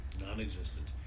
non-existent